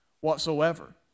whatsoever